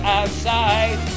outside